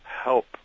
help